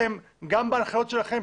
אתם גם בהנחיות שלכם,